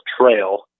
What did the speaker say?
trail